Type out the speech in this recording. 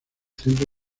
centro